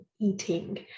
eating